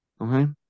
Okay